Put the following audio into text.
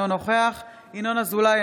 אינו נוכח ינון אזולאי,